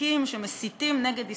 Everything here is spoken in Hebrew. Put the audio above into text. הסיקריקים שמסיתים נגד ישראל,